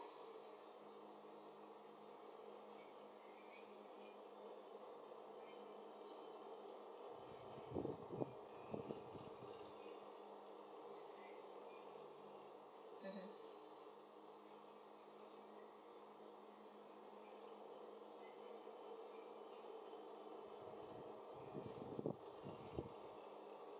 mmhmm